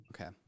Okay